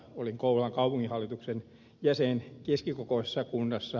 olin kouvolan kaupunginhallituksen jäsen keskikokoisessa kunnassa